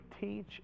teach